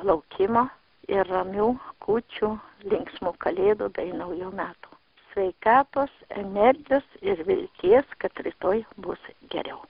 laukimo ir ramių kūčių linksmų kalėdų bei naujų metų sveikatos energijos ir vilties kad rytoj bus geriau